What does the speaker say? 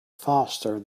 faster